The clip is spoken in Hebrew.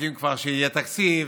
מחכים כבר שיהיה תקציב,